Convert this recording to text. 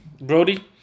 Brody